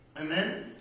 Amen